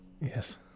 Yes